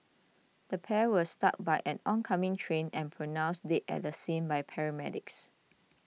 the pair were struck by an oncoming train and pronounced the scene by paramedics